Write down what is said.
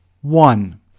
One